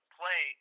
play